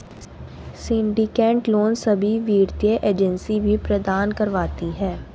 syndicate loan सभी वित्तीय agency भी प्रदान करवाती है